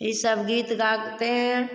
यह सब गीत गाते हैं